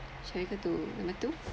shall I go to number two